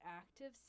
active